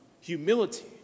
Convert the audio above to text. humility